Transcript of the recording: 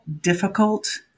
difficult